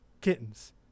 kittens